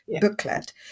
booklet